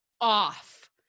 off